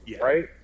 right